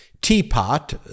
teapot